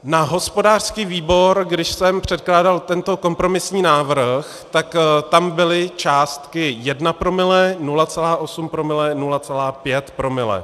Na hospodářský výbor, když jsem předkládal tento kompromisní návrh, tak tam byly částky jedno promile, 0,8 promile, 0,5 promile.